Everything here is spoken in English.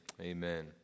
Amen